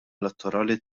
elettorali